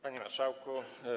Panie Marszałku!